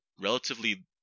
relatively